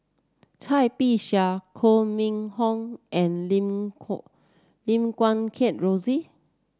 Cai Bixia Koh Mun Hong and Lim Lim Guat Kheng Rosie